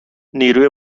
نیروی